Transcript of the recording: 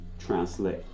translate